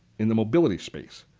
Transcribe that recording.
in the mobility space.